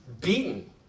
beaten